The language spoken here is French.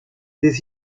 des